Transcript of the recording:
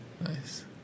Nice